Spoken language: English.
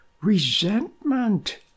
Resentment